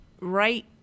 right